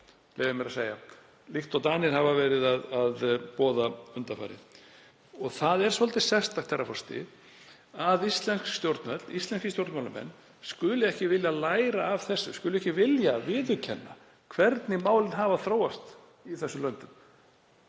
leyfi ég mér að segja, líkt og Danir hafa verið að boða undanfarið. Það er svolítið sérstakt, herra forseti, að íslensk stjórnvöld, íslenskir stjórnmálamenn, skuli ekki vilja læra af þessu, skuli ekki vilja viðurkenna hvernig málin hafa þróast í þessum löndum,